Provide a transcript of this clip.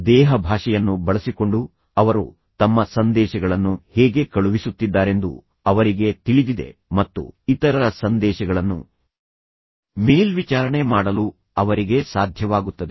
ದೇಹಭಾಷೆಯನ್ನು ಬಳಸಿಕೊಂಡು ಅವರು ತಮ್ಮ ಸಂದೇಶಗಳನ್ನು ಹೇಗೆ ಕಳುಹಿಸುತ್ತಿದ್ದಾರೆಂದು ಅವರಿಗೆ ತಿಳಿದಿದೆ ಮತ್ತು ಇತರರ ಸಂದೇಶಗಳನ್ನು ಮೇಲ್ವಿಚಾರಣೆ ಮಾಡಲು ಅವರಿಗೆ ಸಾಧ್ಯವಾಗುತ್ತದೆ